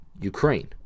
Ukraine